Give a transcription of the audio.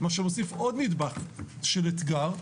מה שמוסיף עוד נדבך של אתגר.